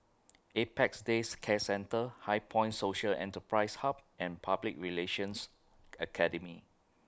Apex Day Care Centre HighPoint Social Enterprise Hub and Public Relations Academy